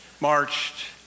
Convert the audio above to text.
marched